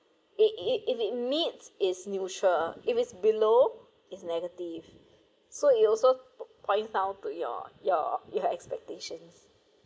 it it if it meets it's neutral if it's below it's negative so it also points out to your your your expectations